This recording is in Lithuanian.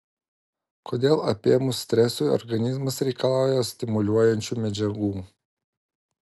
kodėl apėmus stresui organizmas reikalauja stimuliuojančių medžiagų